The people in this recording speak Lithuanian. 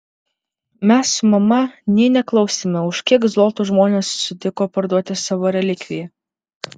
mes su mama nė neklausėme už kiek zlotų žmonės sutiko parduoti savo relikviją